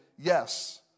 yes